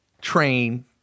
train